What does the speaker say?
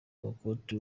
amakoti